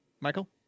Michael